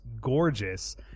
gorgeous